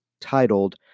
titled